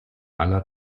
aller